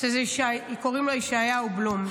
קוראים לו יאשיהו בלום.